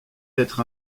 d’être